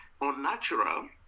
unnatural